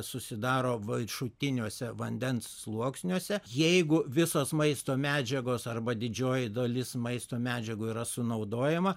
susidaro vaitšutiniuose vandens sluoksniuose jeigu visos maisto medžiagos arba didžioji dalis maisto medžiagų yra sunaudojama